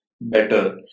better